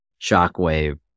shockwave